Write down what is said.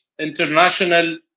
international